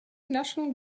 national